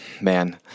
Man